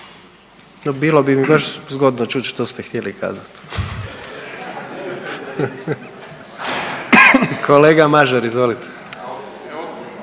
Bilo bi mi baš zgodno čuti što ste htjeli kazati. Kolega Mažar, izvolite.